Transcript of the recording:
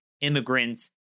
immigrants